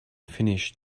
finished